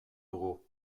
dugu